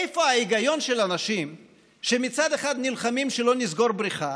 איפה ההיגיון של האנשים שמצד אחד נלחמים שלא נסגור בריכה